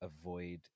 avoid